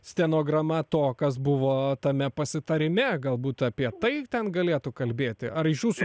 stenograma to kas buvo tame pasitarime galbūt apie tai ten galėtų kalbėti ar iš jūsų